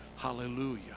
Hallelujah